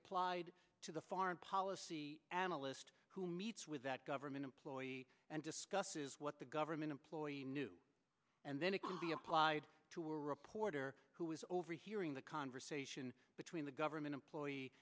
applied to the foreign policy analyst who meets with that government employee and discusses what the government employee knew and then it can be applied to a reporter who was overhearing the conversation between the government employee